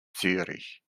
zürich